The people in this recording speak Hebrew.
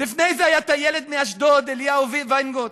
לפני זה היה את הילד מאשדוד, אליהו וינגוט.